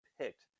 picked